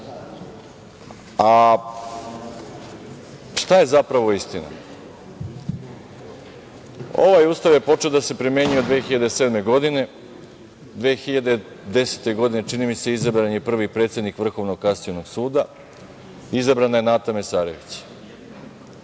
A šta je zapravo istina? Ovaj Ustav je počeo da se primenjuje od 2007. godine, 2010. godine, čini mi se, izabran je prvi predsednik Vrhovnog kasacionog suda, Nata Mesarović.